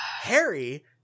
harry